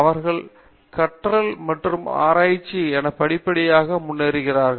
அவர்கள் கற்றல் மற்றும் ஆராய்ச்சி என படிப்படியாக முன்னேறுகிறார்கள்